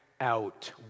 out